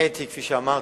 כפי שאמרתי,